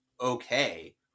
Okay